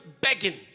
begging